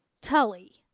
Tully